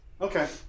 Okay